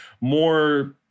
more